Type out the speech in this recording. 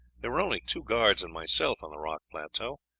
there were only two guards and myself on the rock plateau.